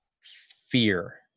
fear